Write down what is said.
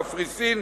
קפריסין,